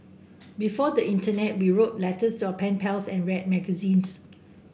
before the Internet we wrote letters to our pen pals and read magazines